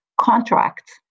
contracts